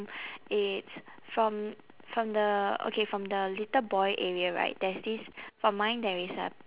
it's from from the okay from the little boy area right there's this for mine there is a